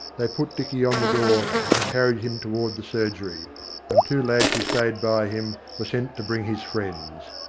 they put dicky on the door, and carried him toward the surgery and two lads who stayed by him were sent to bring his friends.